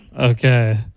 Okay